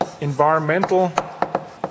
environmental